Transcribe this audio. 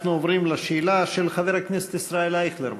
אנחנו עוברים לשאלה של חבר הכנסת ישראל אייכלר.